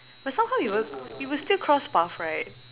but somehow you'll you will still cross path right